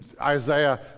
Isaiah